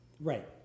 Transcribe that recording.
right